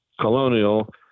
Colonial